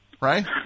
right